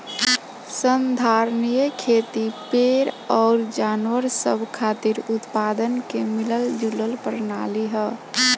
संधारनीय खेती पेड़ अउर जानवर सब खातिर उत्पादन के मिलल जुलल प्रणाली ह